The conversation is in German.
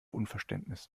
unverständnis